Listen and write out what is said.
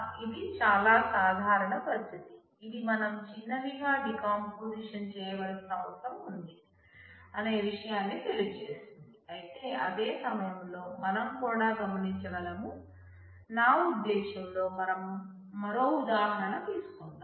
ఇది చాలా సాధారణ పరిస్థితి ఇది మనం చిన్నవిగా డీకంపోజిషన్ చేయవలసిన అవసరం ఉంది అనే విషయాన్ని తెలియజేస్తుంది అయితే అదే సమయంలో మనం కూడా గమనించగలం నా ఉద్దేశ్యం లో మనం మరో ఉదాహరణతీసుకుందాం